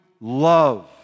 love